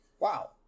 Wow